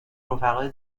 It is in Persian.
رفقای